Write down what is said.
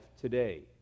today